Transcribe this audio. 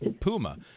Puma